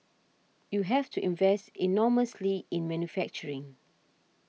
you have to invest enormously in manufacturing